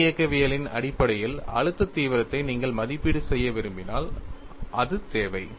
சோதனை இயக்கவியலின் அடிப்படையில் அழுத்த தீவிரத்தை நீங்கள் மதிப்பீடு செய்ய விரும்பினால் அது தேவை